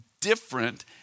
different